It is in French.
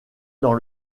dans